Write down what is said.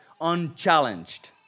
unchallenged